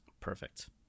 perfect